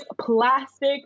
Plastic